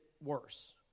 Worse